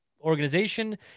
organization